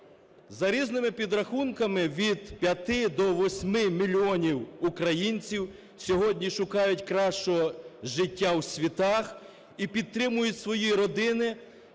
За різними підрахунками від 5 до 8 мільйонів українців сьогодні шукають кращого життя у світах і підтримують свої родини,